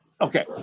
Okay